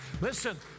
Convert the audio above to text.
Listen